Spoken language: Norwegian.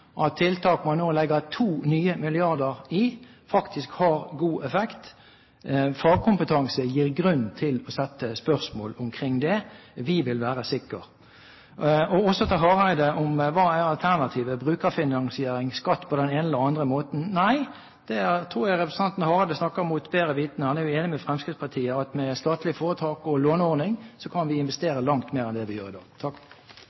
at tiltak man nå legger to nye milliarder i, faktisk har god effekt. Fagkompetanse gir grunn til å stille spørsmål omkring det. Vi vil være sikker. Og også til Hareide om hva alternativet er – brukerfinansiering, skatt på den ene eller andre måten? Nei, da tror jeg representanten Hareide snakker mot bedre vitende. Han er jo enig med Fremskrittspartiet i at med statlig foretak og låneordning kan vi